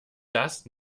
das